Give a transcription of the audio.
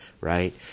right